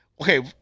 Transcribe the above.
Okay